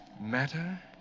Matter